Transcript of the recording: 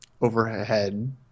overhead